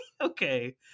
Okay